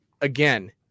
again